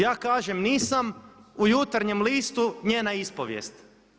Ja kažem nisam, u Jutarnjem listu njena ispovijest.